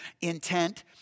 intent